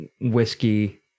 whiskey